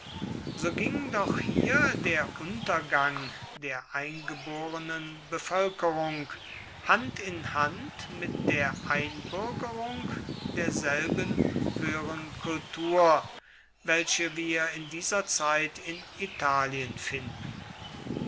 so ging doch hier der untergang der eingeborenen bevölkerung hand in hand mit der einbürgerung derselben höheren kultur welche wir in dieser zeit in italien finden